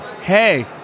Hey